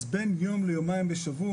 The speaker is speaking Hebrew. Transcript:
אז בין יום ליומיים בשבוע,